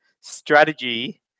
strategy